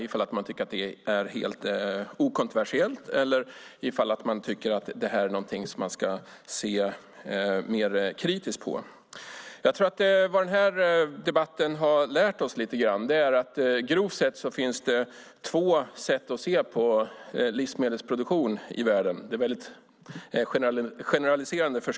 Tycker man att det är helt okontroversiellt, eller tycker man att detta är något som man ska se mer kritiskt på? Jag tror att denna debatt lite grann har lärt oss att det grovt sett finns två sätt att se på livsmedelsproduktion i världen. Det blir förstås generaliserande.